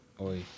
Oi